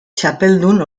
txapeldun